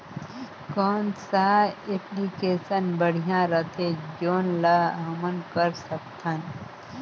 कौन सा एप्लिकेशन बढ़िया रथे जोन ल हमन कर सकथन?